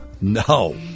No